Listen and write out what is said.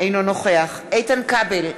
אינו נוכח איתן כבל,